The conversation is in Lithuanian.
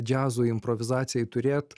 džiazo improvizacijai turėt